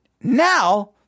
now